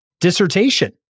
dissertation